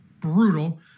brutal